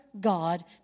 god